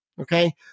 Okay